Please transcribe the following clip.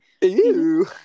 ew